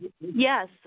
Yes